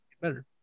better